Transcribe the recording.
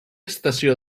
estació